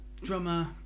drummer